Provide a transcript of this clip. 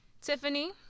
Tiffany